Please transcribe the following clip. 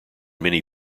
many